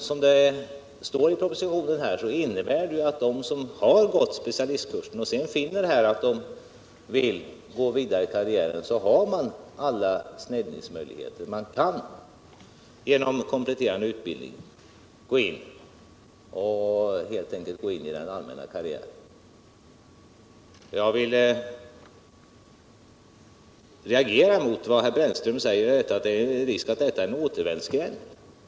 Som också framhålls i propositionen har de som har gått specialistkursen och sedan finner att de vill gå vidare i karriären alla sneddningsmöjligheter. De kan genom kompletterande utbildning gå in i den allmänna karriären. Jag reagerar mot vad herr Brännström säger om att specialistutbildningen skulle innebära en återvändsgränd.